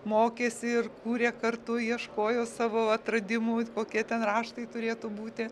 mokėsi ir kūrė kartu ieškojo savo atradimų it kokie ten raštai turėtų būti